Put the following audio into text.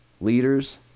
leaders